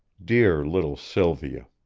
dear little sylvia!